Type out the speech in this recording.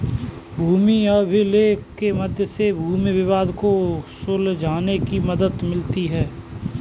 भूमि अभिलेख के मध्य से भूमि विवाद को सुलझाने में मदद मिलती है